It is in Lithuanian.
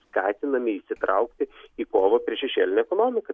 skatinami įsitraukti į kovą prieš šešėlinę ekonomiką tai